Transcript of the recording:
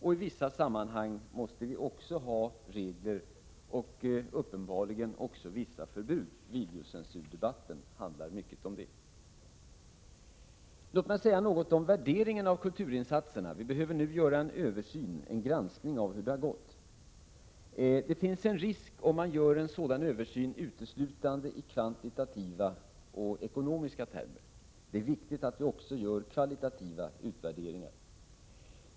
I vissa sammanhang måste vi också ha regler och uppenbarligen även vissa förbud. Videocensurdebatten handlar mycket om det. Låt mig säga något om värderingen av kulturinsatserna. Vi behöver nu göra en översyn och granskning av hur det har gått. Om man gör en sådan översyn uteslutande i kvantitativa och ekonomiska termer finns det en risk. Det är viktigt att vi också gör kvalitativa utvärderingar.